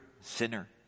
sinner